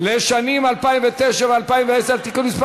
לשנים 2009 ו-2010) (תיקון מס'